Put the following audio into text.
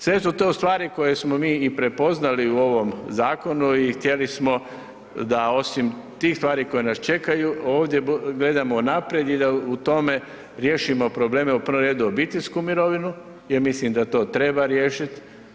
Sve su to stvari koje smo mi i prepoznali u ovom zakonu i htjeli smo da osim tih stvari koje nas čekaju ovdje gledamo unaprijed i da u tome riješimo probleme u prvom redu obiteljsku mirovinu jer mislim da to treba riješiti.